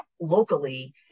locally